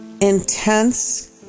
intense